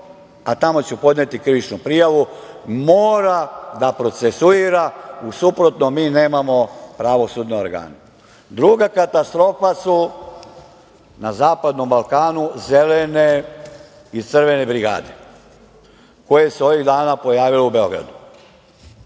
a tamo ću podneti krivičnu prijavu, mora da procesuira. U suprotnom, mi nemamo pravosudne organe. Druga katastrofa su na Zapadnom Balkanu zelene i crvene brigade koje su se ovih dana pojavile u Beogradu.